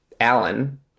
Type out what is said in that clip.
Alan